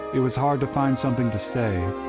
it was hard to find something to say